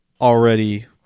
already